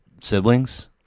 siblings